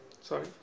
Sorry